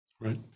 Right